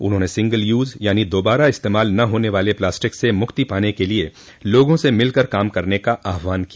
उन्होंने single use यानी दोबारा इस्तेमाल न होने वाले प्लास्टिक से मुक्ति पाने के लिए लोगों से मिलकर काम करने का आहवान किया